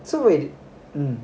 so weird